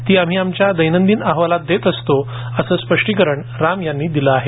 ती आम्ही आमच्या दैनंदिन अहवालात देत असतो असं स्पष्टीकरण राम यांनी दिल आहे